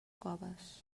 coves